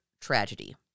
tragedy